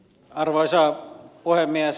arvoisa puhemies